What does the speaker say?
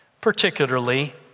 particularly